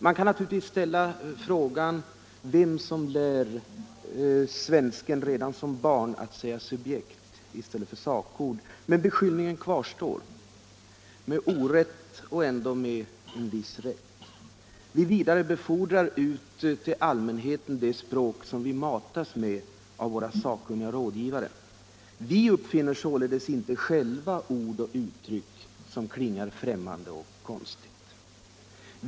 Man kan naturligtvis ställa frågan vem som lär svensken redan som barn att säga subjekt i stället bör sakord. Men beskyllningen kvarstår — med orätt, och ändock med en viss rätt. Vi vidarebefordrar ut till allmänheten det språk som vi matas med av våra sakkunniga rådgivare. Vi uppfinner således inte själva ord och uttryck som klingar främmande och konstigt.